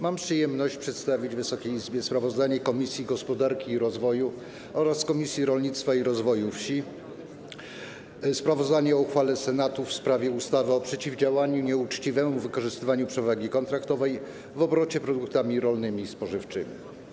Mam przyjemność przedstawić Wysokiej Izbie sprawozdanie Komisji Gospodarki i Rozwoju oraz Komisji Rolnictwa i Rozwoju Wsi o uchwale Senatu w sprawie ustawy o przeciwdziałaniu nieuczciwemu wykorzystywaniu przewagi kontraktowej w obrocie produktami rolnymi i spożywczymi.